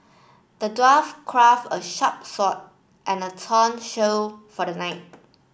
the dwarf craft a sharp sword and a tongue shield for the knight